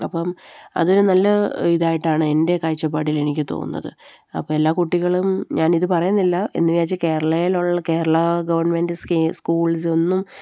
അപ്പം അതൊരു നല്ല ഇതായിട്ടാണ് എൻ്റെ കാഴ്ചപ്പാടിൽ എനിക്ക് തോന്നുന്നത് അപ്പോള് എല്ലാ കുട്ടികളും ഞാനിത് പറയുന്നില്ല എന്ന് വിചാരിച്ച് കേരളത്തിലുള്ള കേരള ഗവൺമെൻറ് സ്കൂൾസ് ഒന്നും